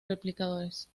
replicadores